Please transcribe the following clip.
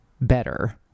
better